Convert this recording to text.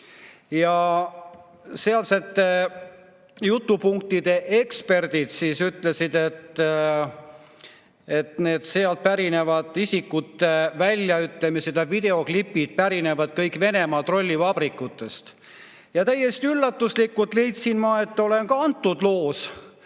Sealsete jutupunktide eksperdid ütlesid, et [nende] isikute väljaütlemised ja videoklipid pärinevad kõik Venemaa trollivabrikutest. Ja täiesti üllatuslikult leidsin, et ma olen ka antud loos